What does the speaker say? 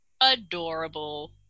adorable